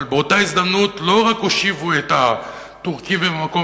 אבל באותה הזדמנות לא רק הושיבו את הטורקים במקום